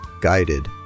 guided